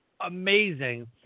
amazing